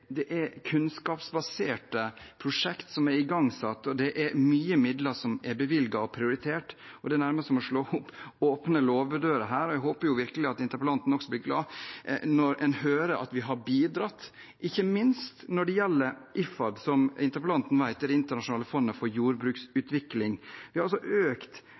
Det stemmer ikke. Det er kunnskapsbaserte prosjekter som er igangsatt, og det er mye midler som er bevilget og prioritert. Det blir nærmest som å slå opp åpne låvedører her. Jeg håper virkelig at interpellanten også blir glad når en hører at vi har bidratt, ikke minst når det gjelder IFAD, som interpellanten vet er det internasjonale fondet for jordbruksutvikling. Vi har altså økt